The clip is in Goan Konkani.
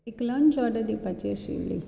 एक लंच ऑर्डर दिवपाची आशिल्ली